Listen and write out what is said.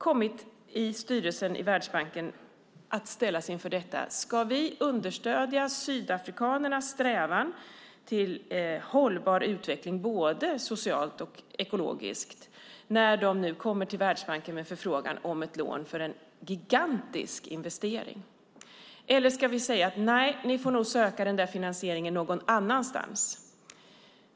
Vi har i Världsbankens styrelse kommit att ställas inför om vi ska understödja sydafrikanernas strävan till hållbar utveckling både socialt och ekologiskt när de kommer till Världsbanken med förfrågan om ett lån för en gigantisk investering eller säga att de får söka finansiering någon annanstans.